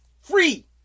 free